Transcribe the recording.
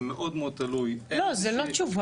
זה מאוד מאוד תלוי -- לא, זו לא תשובה.